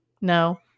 no